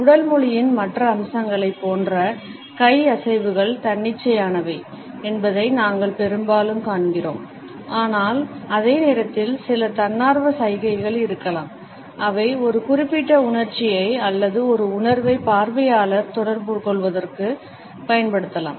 உடல் மொழியின் மற்ற அம்சங்களைப் போன்ற கை அசைவுகள் தன்னிச்சையானவை என்பதை நாங்கள் பெரும்பாலும் காண்கிறோம் ஆனால் அதே நேரத்தில் சில தன்னார்வ சைகைகள் இருக்கலாம் அவை ஒரு குறிப்பிட்ட உணர்ச்சியை அல்லது ஒரு உணர்வை பார்வையாளர்கள் தொடர்புகொள்வதற்கு பயன்படுத்தலாம்